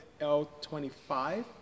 L25